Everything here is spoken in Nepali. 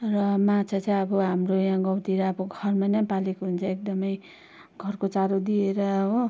र माछा चाहिँ अब हाम्रो यहाँ गाउँतिर घरमा नै पालेको हुन्छ एकदमै घरको चारो दिएर हो